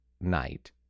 night